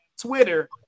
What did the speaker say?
Twitter